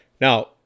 Now